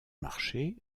marché